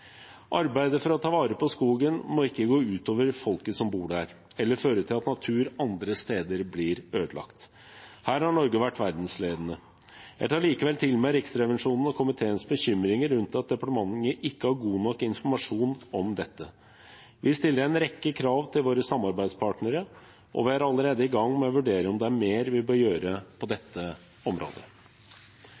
Arbeidet for å ta vare på skogen må ikke gå ut over folket som bor der, eller føre til at natur andre steder blir ødelagt. Her har Norge vært verdensledende. Jeg tar likevel til meg Riksrevisjonens og komiteens bekymringer for at departementet ikke har god nok informasjon om dette. Vi stiller en rekke krav til våre samarbeidspartnere, og vi er allerede i gang med å vurdere om det er mer vi bør gjøre på dette området.